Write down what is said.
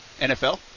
NFL